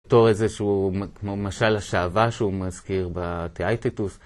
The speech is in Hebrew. בתור איזה שהוא, כמו משל השעווה שהוא מזכיר בתיאיטיטוס.